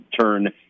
turn